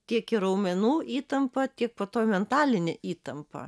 tiek ir raumenų įtampa tiek po to mentalinė įtampa